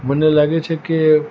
મને લાગે છે કે